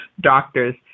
doctors